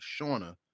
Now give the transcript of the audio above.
Shauna